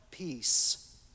Peace